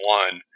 one